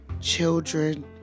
children